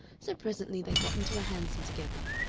so presently they got into a hansom together,